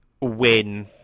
win